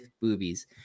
Boobies